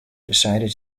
decided